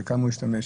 בכמה הוא ישתמש.